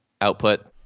output